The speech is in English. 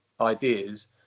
ideas